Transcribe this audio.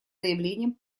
заявлением